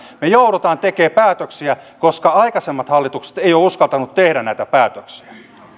me joudumme tekemään päätöksiä koska aikaisemmat hallitukset eivät ole uskaltaneet tehdä näitä päätöksiä